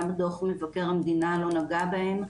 גם דו"ח מבקר המדינה לא נגע בהם,